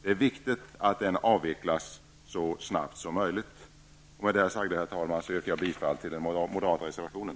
Det är viktigt att den avvecklas så snabbt som möjligt. Med det här sagda yrkar jag bifall till den moderata reservationen.